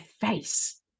face